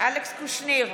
אלכס קושניר,